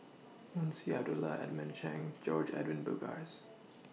Munshi Abdullah Edmund Cheng George Edwin Bogaars